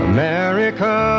America